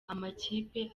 amakipe